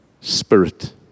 spirit